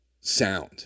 sound